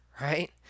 Right